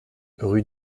rue